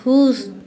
खुश